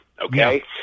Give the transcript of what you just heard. Okay